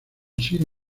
sido